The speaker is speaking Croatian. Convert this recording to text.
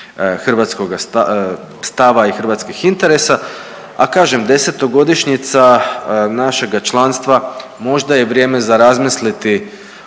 hrvatskoga stava i hrvatskih interesa. A kažem desetogodišnjica našega članstva možda je vrijeme za razmisliti